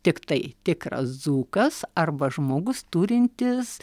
tiktai tikras dzūkas arba žmogus turintis